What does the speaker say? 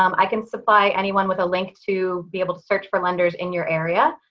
um i can supply anyone with a link to be able to search for lenders in your area.